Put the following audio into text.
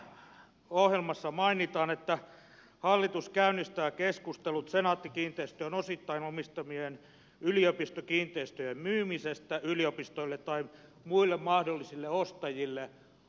nyt tässä ohjelmassa mainitaan että hallitus käynnistää keskustelut senaatti kiinteistöjen osittain omistamien yliopistokiinteistöjen myymisestä yliopistoille tai muille mahdollisille ostajille